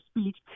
speech